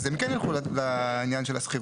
אז הם כן ילכו לעניין של השכירות,